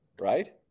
Right